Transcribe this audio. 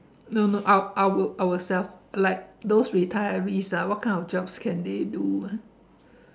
no no our~ our~ ourselves like those retirees ah what kind of jobs can they do ah